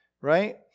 right